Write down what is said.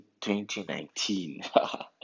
2019